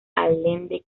allende